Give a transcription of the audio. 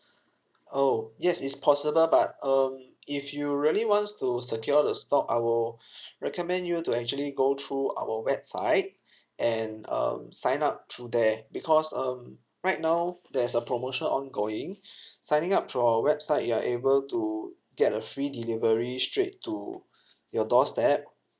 oh yes it's possible but um if you really wants to secure the stock I will recommend you to actually go through our website and um sign up through there because um right now there's a promotion ongoing signing up through our website you're able to get a free delivery straight to your doorstep